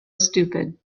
stupid